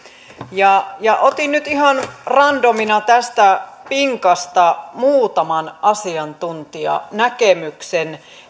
otin nyt ihan randomina tästä pinkasta muutaman asiantuntijanäkemyksen